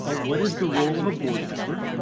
ah what is the role of a board member,